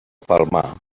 palmar